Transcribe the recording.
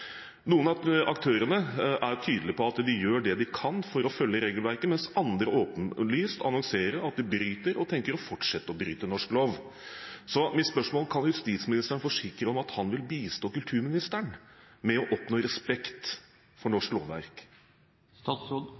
Noen av aktørene er tydelige på at de gjør det de kan for å følge regelverket, mens andre åpenlyst annonserer at de bryter og tenker å fortsette å bryte norsk lov. Så mitt spørsmål er: Kan justisministeren forsikre oss om at han vil bistå kulturministeren med å oppnå respekt for norsk lovverk?